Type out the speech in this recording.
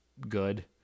good